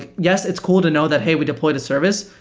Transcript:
yes, it's cool to know that, hey, we deployed a service.